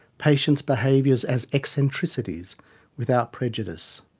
patients' behaviours as eccentricities without prejudice.